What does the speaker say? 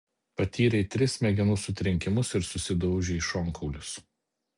patyrei tris smegenų sutrenkimus ir susidaužei šonkaulius